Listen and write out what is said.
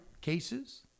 cases